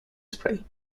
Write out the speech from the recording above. spray